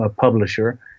publisher